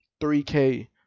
3K